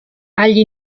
agli